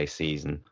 season